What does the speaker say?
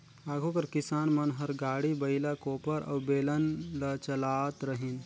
आघु कर किसान मन हर गाड़ी, बइला, कोपर अउ बेलन ल चलात रहिन